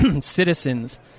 citizens